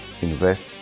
invest